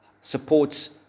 supports